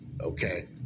okay